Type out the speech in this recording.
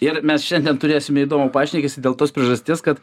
ir mes šiandien turėsime įdomų pašnekesį dėl tos priežasties kad